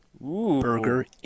burger